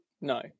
No